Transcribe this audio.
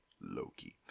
Loki